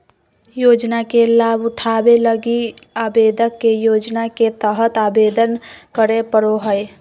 योजना के लाभ उठावे लगी आवेदक के योजना के तहत आवेदन करे पड़ो हइ